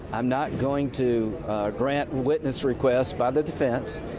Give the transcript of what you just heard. um not going to grant witness requests by the defense,